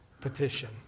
petition